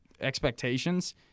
expectations